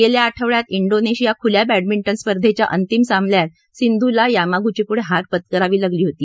गेल्या आठवडयात इंडोनेशिया खुल्या बॅडमिंटन स्पर्धेच्या अंतिम सामन्यात सिंधुला यामागुचीपुढं हार पत्करावी लागली होती